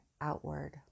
outward